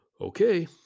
Okay